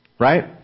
Right